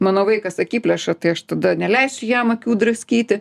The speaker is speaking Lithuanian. mano vaikas akiplėša tai aš tada neleisiu jam akių draskyti